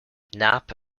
knapp